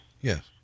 Yes